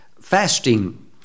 fasting